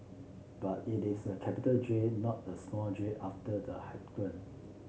but it is a capital J not a small J after the hyphen